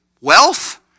wealth